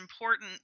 important